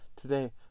today